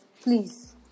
Please